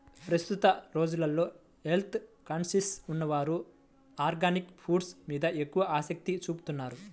ప్రస్తుత రోజుల్లో health conscious ఉన్నవారు ఆర్గానిక్ ఫుడ్స్ మీద ఎక్కువ ఆసక్తి చూపుతున్నారు